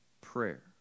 prayer